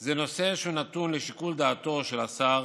זה נושא שנתון לשיקול דעתו של השר,